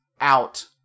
out